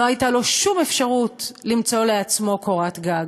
לא הייתה לו שום אפשרות למצוא לעצמו קורת גג,